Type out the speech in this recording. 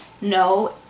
no